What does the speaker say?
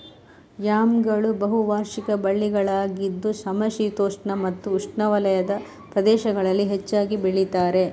ಯಾಮ್ಗಳು ಬಹು ವಾರ್ಷಿಕ ಬಳ್ಳಿಗಳಾಗಿದ್ದು ಸಮಶೀತೋಷ್ಣ ಮತ್ತೆ ಉಷ್ಣವಲಯದ ಪ್ರದೇಶಗಳಲ್ಲಿ ಹೆಚ್ಚಾಗಿ ಬೆಳೀತಾರೆ